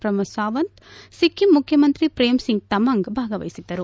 ಪ್ರಮೋದ್ ಸಾವಂತ್ ಸಿಖ್ಖಿಂ ಮುಖ್ಯಮಂತ್ರಿ ಪ್ರೇಮ್ ಸಿಂಗ್ ತಮಂಗ್ ಭಾಗವಹಿಸಿದ್ದರು